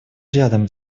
рядом